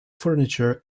furniture